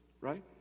right